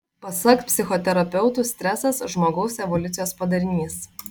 pasak psichoterapeutų stresas žmogaus evoliucijos padarinys